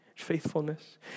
Faithfulness